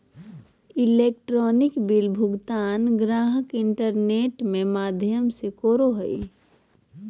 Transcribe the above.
electronic bill भुगतान गाहक internet में माध्यम से करो हइ